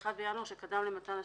ב-1 בינואר שקדם למתן השירות,